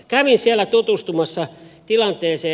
kävin siellä tutustumassa tilanteeseen